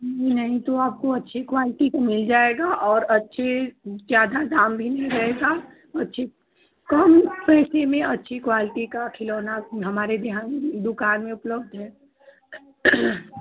नहीं तो आपको अच्छी क्वालिटी का मिल जाएगा और अच्छी ज़्यादा दाम भी नहीं रहेगा अच्छी कौन से में अच्छी क्वालिटी का खिलौना हमारे यहाँ दुकान में उपलब्ध है